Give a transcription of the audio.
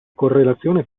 correlazione